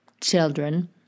children